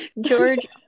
George